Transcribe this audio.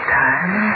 time